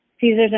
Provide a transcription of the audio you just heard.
Caesars